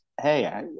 hey